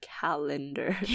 calendar